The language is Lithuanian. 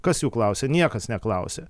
kas jų klausė niekas neklausė